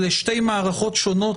אלה שתי מערכות שונות,